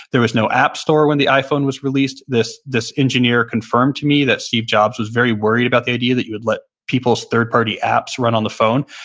there was no app store when the iphone was released. this this engineer confirmed to me that steve jobs was very worried about the idea that you would let people's third-party apps run on the phone.